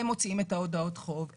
הם מוציאים את הודעות החוב,